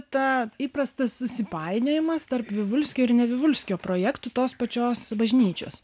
tą įprastas susipainiojimas tarp vivulskio ir ne vivulskio projektų tos pačios bažnyčios